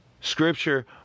Scripture